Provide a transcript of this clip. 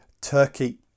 Turkey